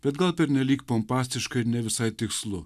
bet gal pernelyg pompastiška ir ne visai tikslu